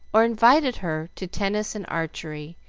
or invited her to tennis and archery,